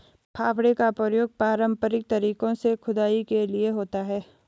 फावड़े का प्रयोग पारंपरिक तरीके से खुदाई के लिए होता है